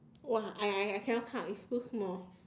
!wah! I I I cannot count it's too small